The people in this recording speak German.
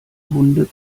hunde